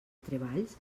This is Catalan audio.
treballs